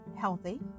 healthy